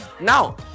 Now